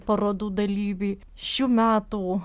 parodų dalyvį šių metų